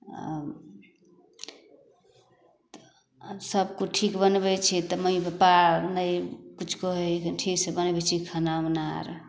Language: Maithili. आब सबकिछु ठीक बनबै छिए तऽ मम्मी पप्पा नहि किछु कहै हइ ठीकसँ बनबै छिए खाना उना आओर